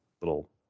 little